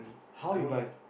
how you buy